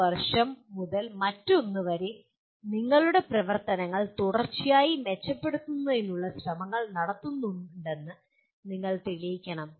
ഒരു വർഷം മുതൽ മറ്റൊന്ന് വരെ നിങ്ങളുടെ പ്രവർത്തനങ്ങൾ തുടർച്ചയായി മെച്ചപ്പെടുത്തുന്നതിനുള്ള ശ്രമങ്ങൾ നടത്തുന്നുണ്ടെന്ന് നിങ്ങൾ തെളിയിക്കണം